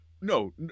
No